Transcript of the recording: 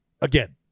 again